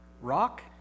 Rock